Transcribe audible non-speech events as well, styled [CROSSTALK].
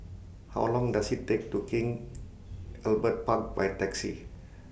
How Long Does IT Take to King [NOISE] Albert Park By Taxi